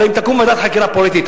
הרי אם תקום ועדת חקירה פוליטית,